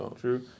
True